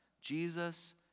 Jesus